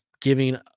giving